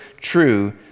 true